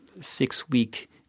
six-week